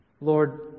Lord